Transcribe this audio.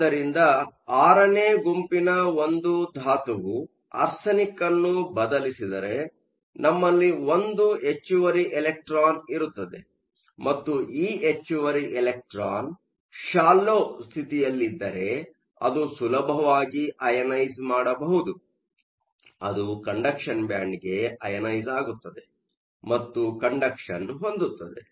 ಆದ್ದರಿಂದ VI ನೇ ಗುಂಪಿನ ಒಂದು ಧಾತುವು ಆರ್ಸೆನಿಕ್ ಅನ್ನು ಬದಲಿಸಿದರೆ ನಮ್ಮಲ್ಲಿ ಒಂದು ಹೆಚ್ಚುವರಿ ಎಲೆಕ್ಟ್ರಾನ್ ಇರುತ್ತದೆ ಮತ್ತು ಈ ಹೆಚ್ಚುವರಿ ಎಲೆಕ್ಟ್ರಾನ್ ಶಾಲ್ಲೋ ಸ್ಥಿತಿಯಲ್ಲಿದ್ದರೆ ಅದು ಸುಲಭವಾಗಿ ಅಯನೈಸ಼್ ಮಾಡಬಹುದು ಅದು ಕಂಡಕ್ಷನ್ ಬ್ಯಾಂಡ್ಗೆ ಅಐನೈಸ಼್ ಆಗುತ್ತದೆ ಮತ್ತು ಕಂಡಕ್ಷನ್ ಹೊಂದುತ್ತದೆ